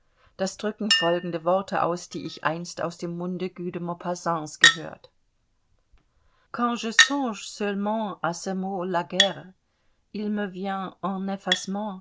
das drücken folgende worte aus die ich einst aus dem munde guy de maupassants gehört